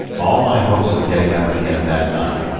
all my hopes of getting up again that night,